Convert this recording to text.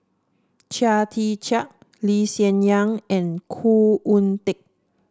Chia Tee Chiak Lee Hsien Yang and Khoo Oon Teik